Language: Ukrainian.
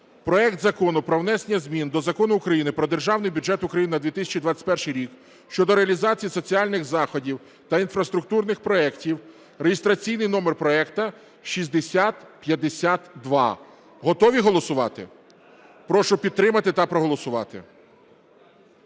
проект Закону про внесення змін до Закону України "Про Державний бюджет України на 2021 рік" щодо реалізації соціальних заходів та інфраструктурних проектів (реєстраційний номер проекту 6052). Готові голосувати? Прошу підтримати та проголосувати.